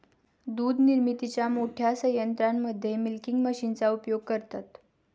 दूध निर्मितीच्या मोठ्या संयंत्रांमध्ये मिल्किंग मशीनचा उपयोग करतात